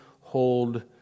hold